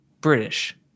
British